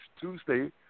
Tuesday